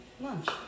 lunch